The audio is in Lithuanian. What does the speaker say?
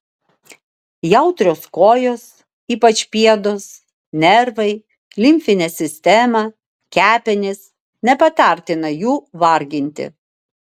jautrios kojos ypač pėdos nervai limfinė sistema kepenys nepatartina jų varginti